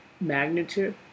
magnitude